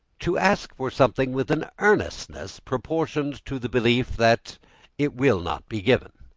to ask for something with an earnestness proportioned to the belief that it will not be given.